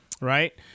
right